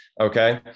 okay